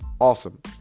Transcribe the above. Awesome